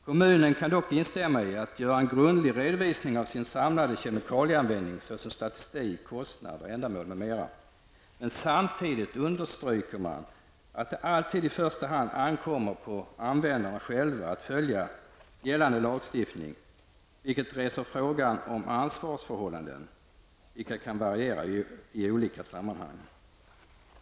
Kommunen kan dock göra en grundlig redovisning av sin samlade kemikalieanvändning vad gäller statistik, kostnader, ändamål m.m. Men samtidigt understryker man att det alltid i första hand ankommer på användarna själva att följa gällande lagstiftning, vilket reser frågan om ansvarsförhållandena, som kan variera i olika sammanhang.